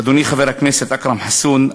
אדוני חבר הכנסת אכרם חסון,